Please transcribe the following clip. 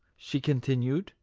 she continued,